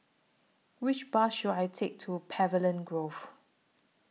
Which Bus should I Take to Pavilion Grove